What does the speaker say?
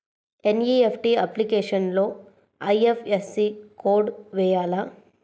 NEFT అప్లికేషన్లో IFSC code వేయాలా?